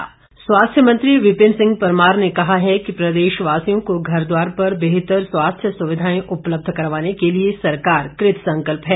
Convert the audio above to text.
विपिन परमार स्वास्थ्य मंत्री विपिन सिंह परमार ने कहा है कि प्रदेश वासियों को घर द्वार पर बेहतर स्वास्थ्य सुविधाएं उपलब्ध करवाने के लिए सरकार कृतसंकल्प है